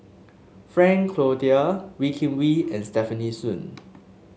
Frank Cloutier Wee Kim Wee and Stefanie Sun